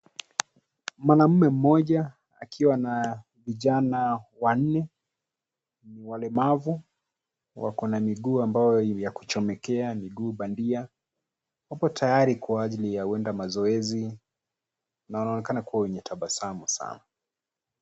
Mwanaume mmoja akiwa na vijana wanne walemavu wako na miguu ambayo ya kuchomekea, miguu bandia, wako tayari kwa ajili ya huenda mazoezi na wanaonekana kuwa wenye tabasamu sana.